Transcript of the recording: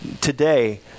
today